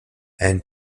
and